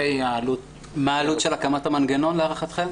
מה עלות הקמת המנגנון להערכתכם?